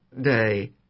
day